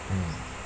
mm